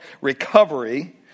recovery